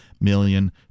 million